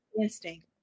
instinct